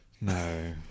No